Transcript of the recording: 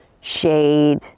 shade